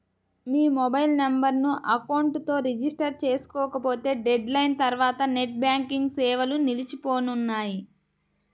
మీ mobile నెంబర్ను account తో register చేసుకోకపోతే డెడ్ లైన్ తర్వాత నెట్ బ్యాంకింగ్ సేవలు నిలిచిపోనున్నాయి